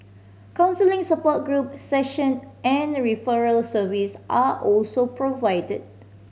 counselling support group session and referral service are also provided